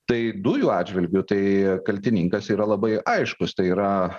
tai dujų atžvilgiu tai kaltininkas yra labai aiškus tai yra